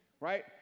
right